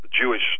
Jewish